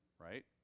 right